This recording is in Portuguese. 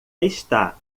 está